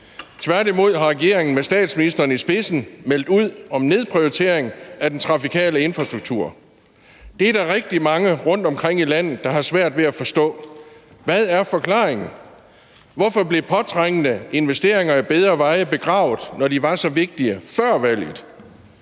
Tværtimod har regeringen med statsministeren i spidsen meldt ud om nedprioritering af den trafikale infrastruktur. Det er der rigtig mange rundtomkring i landet der har svært ved at forstå. Hvad er forklaringen? Hvorfor blev påtrængende investeringer i bedre veje begravet, når de var så vigtige før valget?